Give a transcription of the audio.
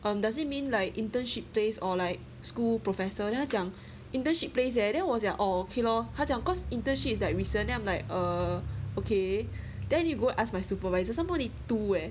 um does it mean like internship place or like school professor then 他讲 internship place leh then 我讲 ok lor 他讲 cause internship is like recent then I'm like err okay then you go ask my supervisor somemore need two leh